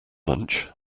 lunch